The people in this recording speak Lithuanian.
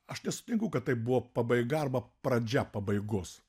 aš nesutinku kad tai buvo pabaiga arba pradžia pabaigos